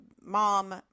mom